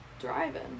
driving